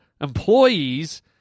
employees